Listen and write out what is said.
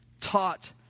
taught